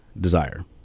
desire